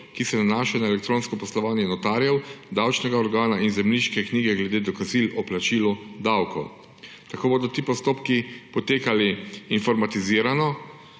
ki se nanašajo na elektronsko poslovanje notarjev, davčnega organa in zemljiške knjige glede dokazil o plačilu davkov. Tako bodo ti postopki potekali informatizirano